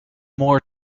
more